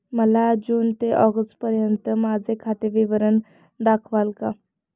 मला जून ते ऑगस्टपर्यंतचे माझे खाते विवरण दाखवाल का?